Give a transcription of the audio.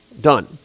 done